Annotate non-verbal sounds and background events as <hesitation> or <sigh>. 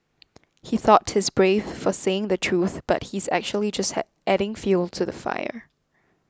he thought he's brave for saying the truth but he's actually just <hesitation> adding fuel to the fire